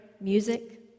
music